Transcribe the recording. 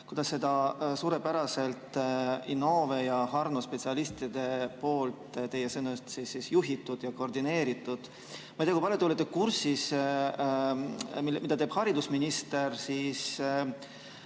kuidas seda suurepäraselt Innove ja Arno spetsialistid on juhtinud ja koordineerinud. Ma ei tea, kui palju te olete kursis, mida teeb haridusminister.